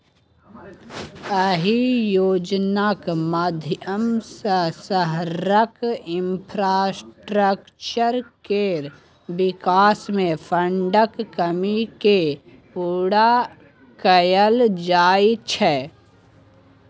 अहि योजनाक माध्यमसँ शहरक इंफ्रास्ट्रक्चर केर बिकास मे फंडक कमी केँ पुरा कएल जाइ छै